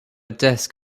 desk